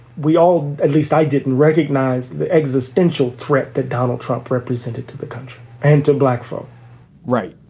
we all at least i didn't recognize the existential threat that donald trump represented to the country and to black folk right.